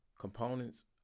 components